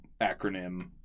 acronym